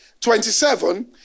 27